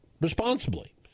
responsibly